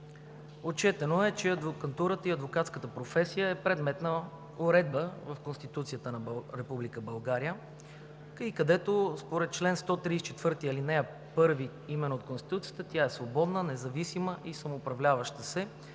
Отчетено е, че адвокатурата и адвокатската професия е предмет на уредба в Конституцията на Република България, където според чл. 134, ал. 1 от Конституцията тя е свободна, независима и самоуправляваща се,